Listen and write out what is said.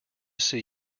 see